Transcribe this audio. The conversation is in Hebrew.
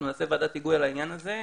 אנחנו נעשה ועדת היגוי על העניין הזה,